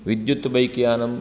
विद्युत् बैक् यानं